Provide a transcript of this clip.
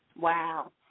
Wow